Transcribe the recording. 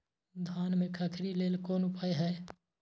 धान में खखरी लेल कोन उपाय हय?